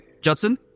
Judson